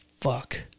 fuck